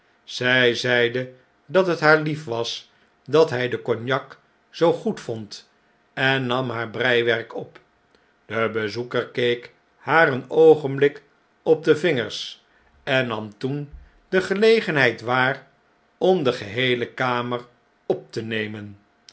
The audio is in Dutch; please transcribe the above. zn zeide dat het haar lief was dat hij de cognac zoo goed vond en nam haar breiwerk op de bezoeker keek haar een oogenblik op de vingers en nam toen de gelegenheid waar om de geheele kamer op te nemen